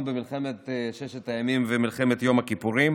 במלחמת ששת הימים ומלחמת יום הכיפורים,